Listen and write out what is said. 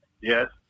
Yes